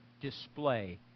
display